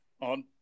on